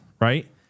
Right